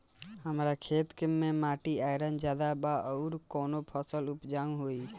हमरा खेत के माटी मे आयरन जादे बा आउर कौन फसल उपजाऊ होइ?